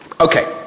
Okay